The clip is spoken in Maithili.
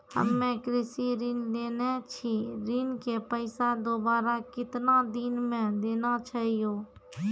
हम्मे कृषि ऋण लेने छी ऋण के पैसा दोबारा कितना दिन मे देना छै यो?